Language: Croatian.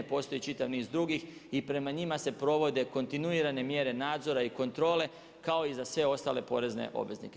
Postoji čitav niz drugih i prema njima se provode kontinuirane mjere nadzora i kontrole kao i za sve ostale porezne obveznike.